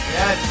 Yes